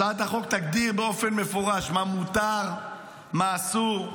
הצעת החוק תגדיר באופן מפורש מה מותר ומה אסור.